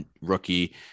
rookie